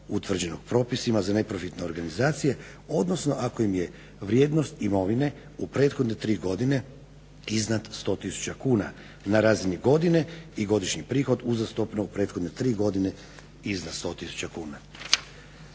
utvrđenog propisima za neprofitne organizacije odnosno ako im je vrijednost imovine u prethodne tri godine iznad 100 tisuća kuna. Na razini godine i godišnji prihod uzastopno u prethodne tri godine iznad 100 tisuća kuna.